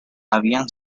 habían